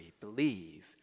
believe